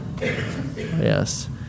Yes